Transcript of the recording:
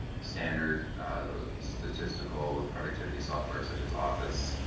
standard statistical and productivity software such as office,